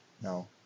No